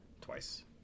Twice